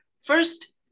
First